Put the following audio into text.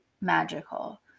magical